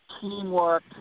teamwork